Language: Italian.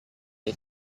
gli